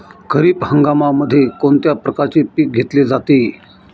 खरीप हंगामामध्ये कोणत्या प्रकारचे पीक घेतले जाते?